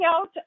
out